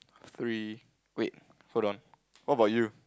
three wait hold on what about you